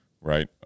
right